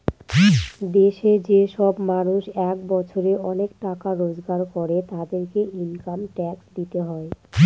দেশে যে সব মানুষ এক বছরে অনেক টাকা রোজগার করে, তাদেরকে ইনকাম ট্যাক্স দিতে হয়